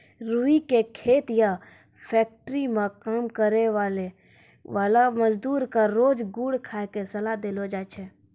रूई के खेत या फैक्ट्री मं काम करै वाला मजदूर क रोज गुड़ खाय के सलाह देलो जाय छै